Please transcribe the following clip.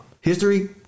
History